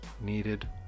needed